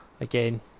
again